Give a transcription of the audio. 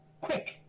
quick